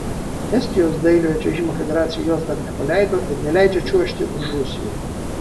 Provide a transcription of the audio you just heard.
estijos dailiojo čiuožimo federacija jos dar nepaleido ir neleidžia čiuožti už rusiją